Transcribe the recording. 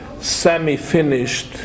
semi-finished